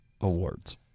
Awards